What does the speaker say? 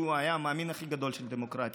הוא היה המאמין הכי גדול בדמוקרטיה,